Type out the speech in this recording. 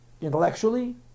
intellectually